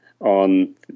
on